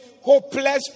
hopeless